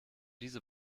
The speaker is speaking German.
diese